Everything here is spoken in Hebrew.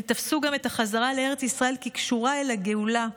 הם תפסו גם את החזרה לארץ ישראל כקשורה אל הגאולה,